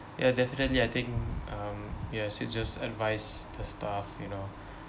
ya definitely I think um ya should just advise the staff you know